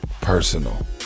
personal